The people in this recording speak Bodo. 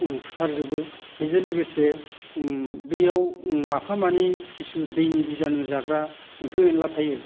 उम फुथार जोबो बेजों लोगोसे उम बैयाव उम माफा मानै खिसु दैनि बिजानु जाग्रा एम्फौ एनला थायो